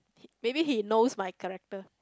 maybe he knows my character